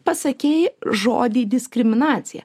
pasakei žodį diskriminacija